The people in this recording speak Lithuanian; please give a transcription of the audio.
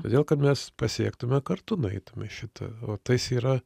todėl kad mes pasiektume kartu nueitume šitą o tas yra